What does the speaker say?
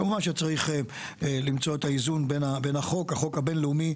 כמובן, צריך למצוא את האיזון בין החוק הבין-לאומי